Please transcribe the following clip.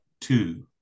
two